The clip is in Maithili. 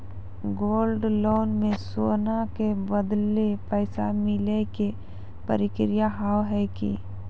गोल्ड लोन मे सोना के बदले पैसा मिले के प्रक्रिया हाव है की?